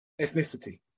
ethnicity